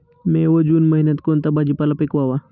मे व जून महिन्यात कोणता भाजीपाला पिकवावा?